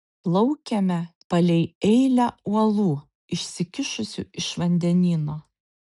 plaukėme palei eilę uolų išsikišusių iš vandenyno